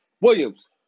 Williams